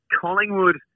Collingwood